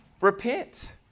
Repent